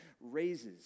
raises